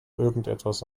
irgendetwas